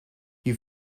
you